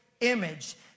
image